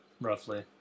Roughly